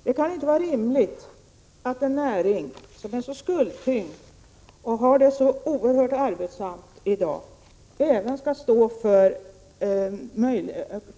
Saka UcCkliag Herr talman! Det kan inte vara rimligt att en näring som i dag är så skuldtyngd och har det så oerhört arbetsamt även skall stå för